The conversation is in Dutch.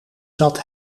zat